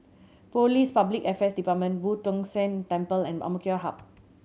Police Public Affairs Department Boo Tong San Temple and Hub